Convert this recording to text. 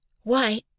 Why